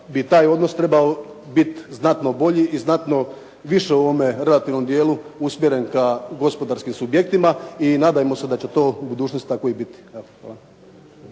bi taj odnos trebao biti znatno bolji i znatno više u ovome relativnom dijelu usmjeren ka gospodarskim subjektima i nadajmo se da će to u budućnosti tako i biti.